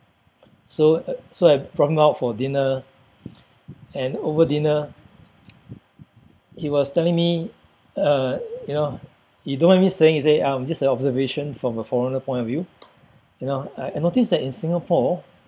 so uh so I brought him out for dinner and over dinner he was telling me uh you know you don't mind me saying he say um just an observation from a foreigner point of view you know I I noticed that in Singapore